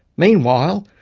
meanwhile,